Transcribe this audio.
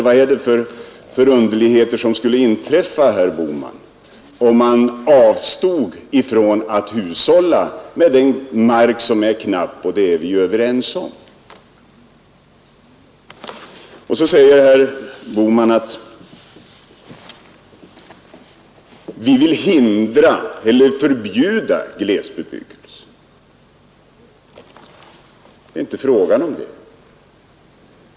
Vad är det för underligheter som skulle inträffa, herr Bohman, om man avstode från att hushålla med den mark som är knapp? Vi är ju överens om att den är knapp. Så säger herr Bohman att vi vill hindra eller förbjuda glesbebyggelse. Det är inte fråga om det.